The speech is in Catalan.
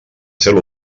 cel